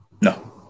No